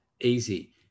Easy